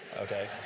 okay